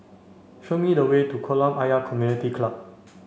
show me the way to Kolam Ayer Community Club